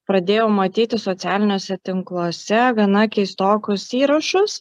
pradėjau matyti socialiniuose tinkluose gana keistokus įrašus